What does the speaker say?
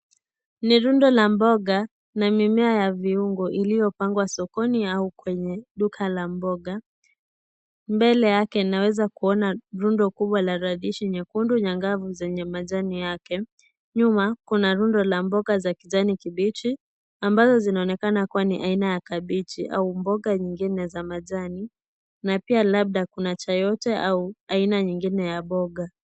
Ni rundo la mboga na mimea ya viungo iliyopangwa sokoni au kwenye duka la mboga. Mbele yake naweza kuona rundo kubwa la radhishi nyekundu nyangavu zenye majani yake. Nyuma kuna rundo la mboga za kijani kibichi ambayo zinaonekana kuwa ni aina ya kabeji au mboga nyingine za majani na pia labda kuna cha yoyote au aina nyingine ya mboga.